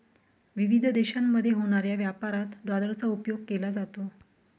विविध देशांमध्ये होणाऱ्या व्यापारात डॉलरचा उपयोग केला जातो